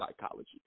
psychology